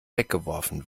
weggeworfen